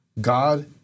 God